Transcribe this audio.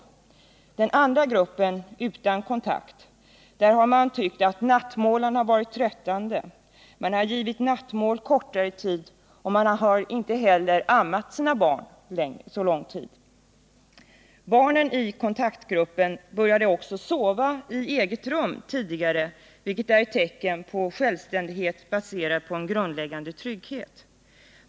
I den andra gruppen — den utan en omedelbar kontakt med barnen — har mammorna tyckt att nattmålen varit tröttande, de har givit nattmål kortare tid och ammat kortare tid. Barnen i kontaktgruppen började också sova i eget rum tidigare, vilket är ett tecken på självständighet baserad på en grundläggande trygghet.